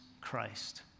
Christ